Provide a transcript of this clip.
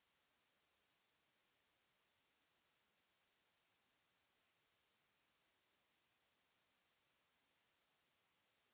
...